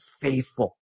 faithful